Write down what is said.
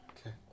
Okay